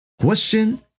Question